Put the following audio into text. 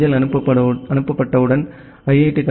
யில் அஞ்சல் அனுப்பப்பட்டவுடன் ஐ